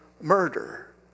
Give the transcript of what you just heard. murder